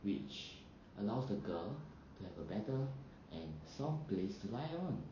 which allows the girl to have a better and soft place to lie on